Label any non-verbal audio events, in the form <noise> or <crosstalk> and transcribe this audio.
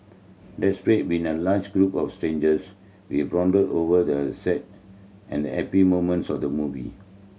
<unintelligible> been a large group of strangers we bonded over the sad and happy moments of the movie